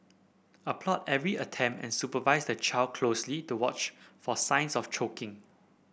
applaud every attempt and supervise the child closely to watch for signs of choking